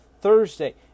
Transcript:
Thursday